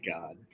God